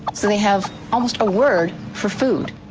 so they have almost a word for food.